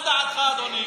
מה דעתך, אדוני?